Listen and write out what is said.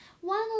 one